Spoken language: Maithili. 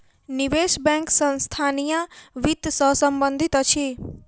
निवेश बैंक संस्थानीय वित्त सॅ संबंधित अछि